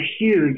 huge